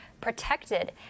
protected